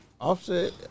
Offset